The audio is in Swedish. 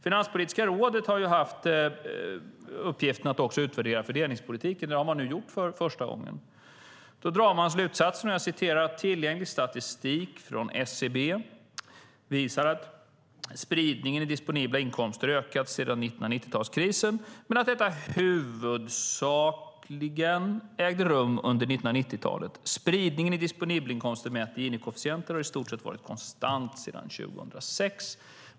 Finanspolitiska rådet har haft uppgiften att utvärdera fördelningspolitiken. Det är man nu gjort för första gången. Man drar slutsatsen att tillgänglig statistik från SCB visar att spridningen i disponibla inkomster ökat sedan 90-talskrisen men att detta huvudsakligen ägde rum under 1990-talet. Spridningen i disponibelinkomster mätt i Gini-koefficienter har i stort sett varit konstant sedan 2006.